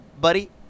Buddy